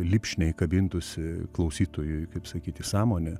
lipšniai kabintųsi klausytojui kaip sakyt į sąmonę